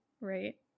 Right